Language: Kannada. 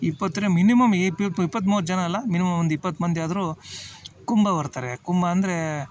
ಇಪ್ಪತ್ತು ಮಿನಿಮಮ್ ಇಪ್ಪತ್ತು ಮೂವತ್ತು ಜನ ಅಲ್ಲ ಮಿನಿಮಮ್ ಒಂದು ಇಪ್ಪತ್ತು ಮಂದಿ ಆದರು ಕುಂಬ ಬರ್ತಾರೆ ಕುಂಬ ಅಂದರೆ